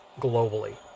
globally